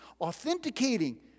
authenticating